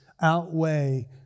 outweigh